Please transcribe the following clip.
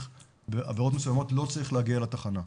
בעבירות מסוימות לא צריך להגיע לתחנה.